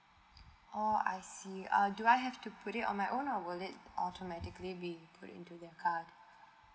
oh I see uh do I have to put it on my own or will it automatically being put into the card